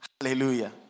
Hallelujah